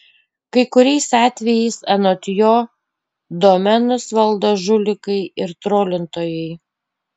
kai kuriais atvejais anot jo domenus valdo žulikai ir trolintojai